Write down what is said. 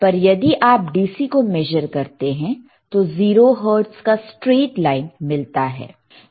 पर यदि आप DC को मेजर करते हैं तो 0 हर्ट्ज़ का स्ट्रेट लाइन मिलता है